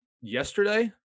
yesterday